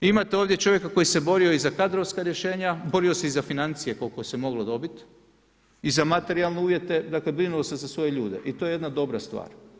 Imate ovdje čovjeka koji se borio i za kadrovska rješenja, borio se i za financije koliko se moglo dobiti i za materijalne uvjete, dakle, brinuo se za svoje ljude i to je jedna dobra stvar.